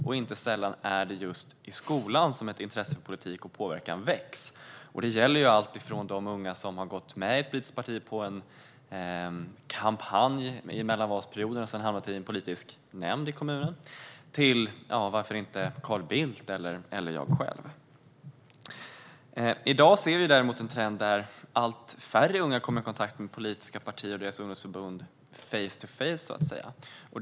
Det är inte sällan som ett intresse för politik och påverkan väcks just i skolan. Det gäller alltifrån de unga som har gått med i ett politiskt parti under en kampanj i mellanvalsperioderna och sedan hamnat i en politisk nämnd i kommunen till - varför inte - Carl Bildt eller jag själv. I dag ser vi däremot en trend där allt färre unga kommer i kontakt med politiska partier och deras ungdomsförbund face to face.